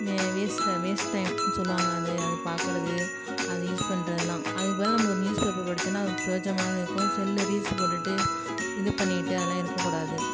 வே வேஸ்ட்டை waste time சொல்லுவாங்க அதை அதை பார்க்கறது அதை யூஸ் பண்ணுறதுலாம் அதுக்கு பதிலாக நம்ம ஒரு நியூஸ் பேப்பர் படிச்சோன்னா ப்ரோஜனமானதாக இருக்கும் செல்லு ரீல்ஸ் போட்டுட்டு இது பண்ணிட்டு அதெலாம் இருக்கக்கூடாது